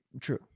True